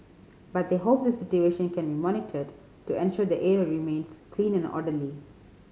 but they hope the situation can be monitored to ensure the area remains clean and orderly